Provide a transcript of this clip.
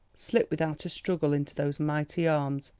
slip without a struggle into those mighty arms,